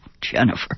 Jennifer